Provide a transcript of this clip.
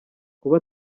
kuba